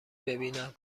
ببینم